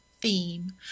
theme